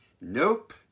Nope